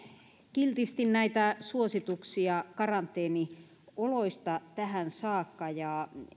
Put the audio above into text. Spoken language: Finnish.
kiltisti näitä suosituksia karanteenioloista tähän saakka ja